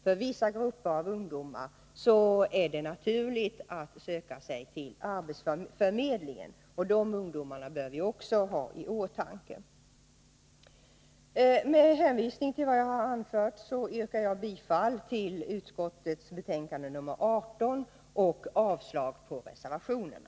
För vissa grupper av ungdomar är det naturligt att söka sig till arbetsförmedlingen. Dessa ungdomar bör vi också ha i åtanke. Med hänvisning till vad jag har anfört yrkar jag bifall till hemställan i utbildningsutskottets betänkande nr 18 och avslag på reservationerna.